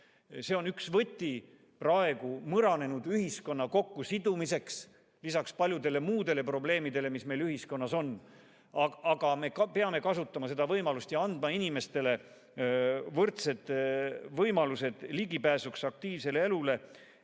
See on üks võti praegu mõranenud ühiskonna kokkusidumiseks, lisaks paljudele muudele probleemidele, mis meil ühiskonnas on. Aga me peame kasutama seda võimalust ja andma inimestele võrdsed võimalused ligipääsuks aktiivsele elule